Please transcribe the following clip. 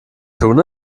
tun